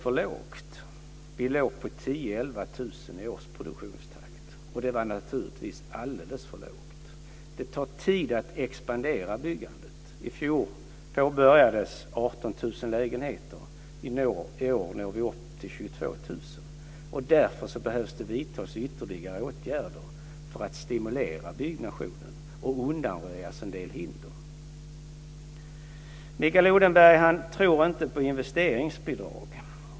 Årsproduktionstakten låg på 10 000-11 000 lägenheter, och det var naturligtvis alldeles för lågt. Det tar tid att expandera byggandet. I fjol påbörjades byggandet av 18 000 lägenheter. I år når vi upp till 22 000. Därför behövs det vidtas ytterligare åtgärder för att stimulera byggnationen och undanröja en del hinder. Mikael Odenberg tror inte på investeringsbidrag.